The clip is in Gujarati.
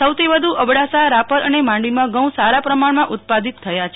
સર્વાધિક અબડાસા રાપર અને માંડવીમાં ઘઉં સારા પ્રમાણમાં ઉત્પાદિત થયા છે